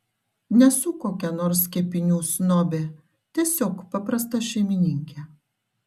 nesu kokia nors kepinių snobė tiesiog paprasta šeimininkė